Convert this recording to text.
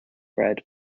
read